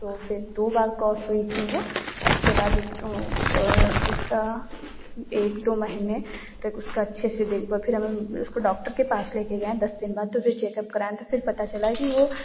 तो फ़िर दो बार क्रॉस हुई थी वह जिसके बाद उसको उसका एक दो महीने तक उसका अच्छे से देखभाल फ़िर हम उसको डॉक्टर के पास लेकर गए दस दिन बाद तो फ़िर चेकअप कराए तो फ़िर पता चला कि वह